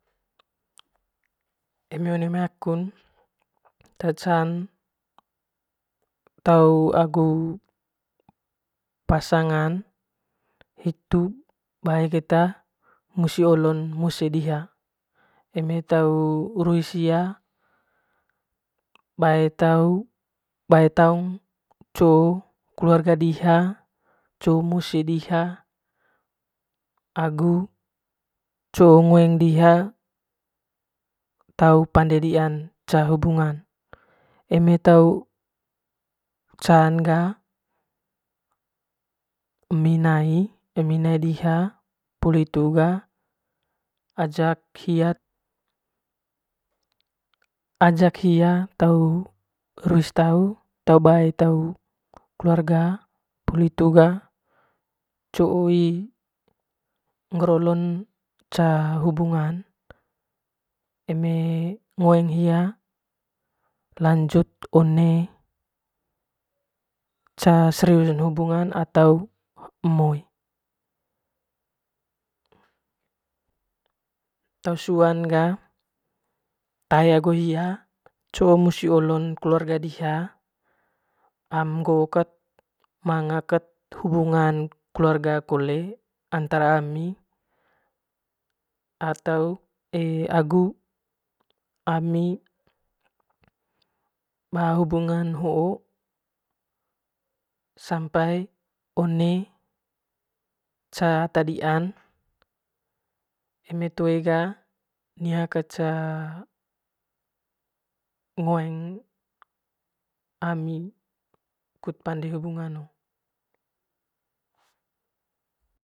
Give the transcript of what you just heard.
Eme one mai akun tau agu pasangan te can hitu bae keta usi olon moae diha eme ruis hia bae taung coo kelarga diha coo musi diha agu coo ngoeng diha tau pande diaan ca hubungan eme tau can ga emi nai emi nnai diha poli hitu ga ajak hia ajak hia tau ruis tau tau bae tau keluarga poli hitu ga cooy ngger olon ca hubungan eme ngoeng hia lanjut one ca seriusn hubungan atau emoy te suan ga tae agu hia tae agu hia coo musi olon keluarga diha am ngoo kat am ngoo kat manga hubungan keluarga kole antara ami atau agu ami ba hubungan hoo sampai one ca ata dian eme toe ga nia kat ca ngoeng ami kut pande hubungan.